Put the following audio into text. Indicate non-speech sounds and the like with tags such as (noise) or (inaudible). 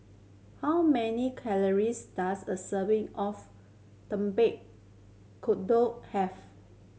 how many calories does a serving of (unintelligible) have